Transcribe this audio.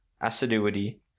assiduity